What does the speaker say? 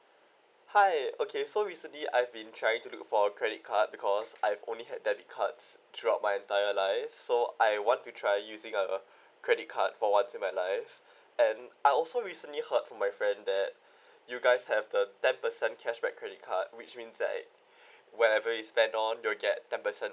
hi okay so recently I've been trying to look for a credit card because I've only had debit cards throughout my entire life so I want to try using a credit card for once my life and I also recently heard from my friend that you guys have the ten percent cashback credit card which means like whatever is spend on you'll get ten percent